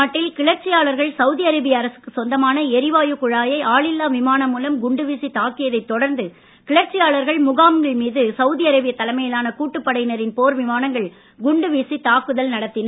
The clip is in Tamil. நாட்டில் கிளர்ச்சியாளர்கள் சவுதிஅரேபிய அரசுக்கு எமன் சொந்தமான எரிவாயு குழாயை ஆளில்லா விமானம் மூலம் குண்டுவீசி தாக்கியதைத் தொடர்ந்து கிளர்ச்சியாளர்கள் முகாம்கள் மீது சவுதிஅரேபிய தலைமையிலான கூட்டுப் படையினரின் போர்விமானங்கள் குண்டுவீசி தாக்குதல் நடத்தின